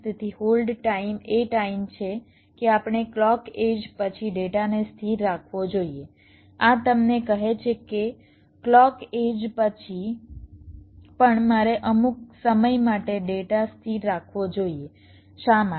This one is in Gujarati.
તેથી હોલ્ડ ટાઇમ એ ટાઇમ છે કે આપણે ક્લૉક એડ્જ પછી ડેટાને સ્થિર રાખવો જોઈએ આ તમને કહે છે કે ક્લૉક એડ્જ પછી પણ મારે અમુક સમય માટે ડેટા સ્થિર રાખવો જોઈએ શા માટે